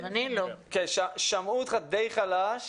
שמעו אותך די חלש.